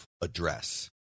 address